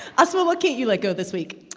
asma, what can't you let go this week?